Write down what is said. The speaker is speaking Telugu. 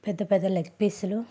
పెద్ద పెద్ద లెగ్ పీసులు